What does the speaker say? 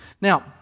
Now